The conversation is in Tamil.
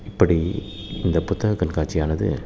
இப்படி இந்த புத்தக கண்காட்சியானது